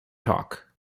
talk